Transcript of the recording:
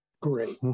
Great